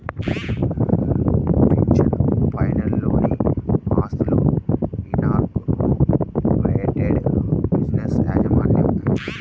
pension ప్లాన్లలోని ఆస్తులు, incorporated బిజినెస్ల యాజమాన్యం